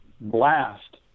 blast